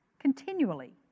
continually